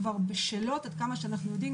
התקנות בשלות עד כמה שאנחנו יודעים,